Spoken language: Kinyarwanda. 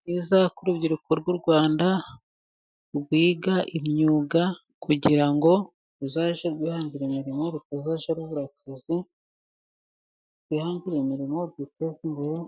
Nibyiza ko urubyiruko, rw'u Rwanda rwiga imyuga, kugira ngo ruzaje rwihangira imirimo, rutazajya rubura akazi, rwihangire imirimo rwiteze imbere,